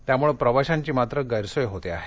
त्यामुळं प्रवाशांची मात्र गैरसोय होत आहे